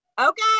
Okay